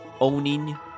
Owning